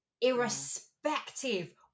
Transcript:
irrespective